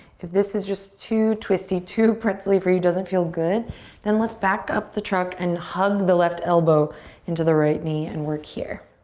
if this is just too twisty, too pretzel-y for you, doesn't feel good then let's back up the truck and hug the left elbow into the right knee and work here.